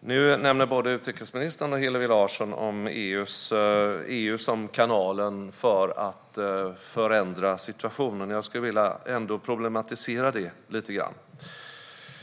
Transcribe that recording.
Nu nämner både utrikesministern och Hillevi Larsson EU som kanalen för att förändra situationen. Jag skulle vilja problematisera det lite grann.